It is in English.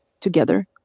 together